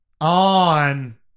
on